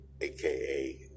aka